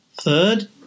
Third